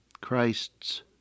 Christ's